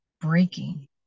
breaking